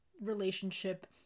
relationship